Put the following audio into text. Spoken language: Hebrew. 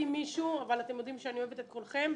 מישהו אבל אתם יודעים שאני אוהבת את כולכם,